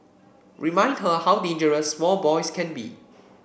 remind her how dangerous small boys can be